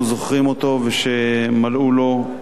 ומלאו לו 40 שנים,